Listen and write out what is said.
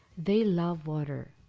they love water!